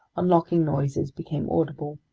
unlocking noises became audible,